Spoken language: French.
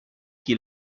qui